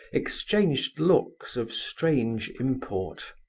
exchanged looks of strange import.